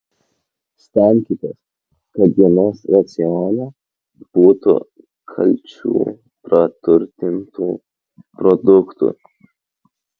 stenkitės kad dienos racione būtų kalciu praturtintų produktų